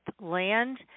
land